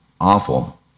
awful